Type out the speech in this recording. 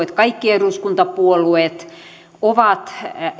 että kaikki eduskuntapuolueet ovat